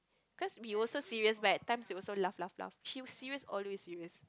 cause we also serious but at times we also laugh laugh laugh she would serious all the way serious